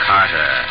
Carter